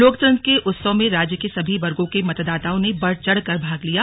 लोकतंत्र के उत्सव में राज्य के सभी वर्गो के मतदाताओं ने बढ़ चढ़कर भाग लिया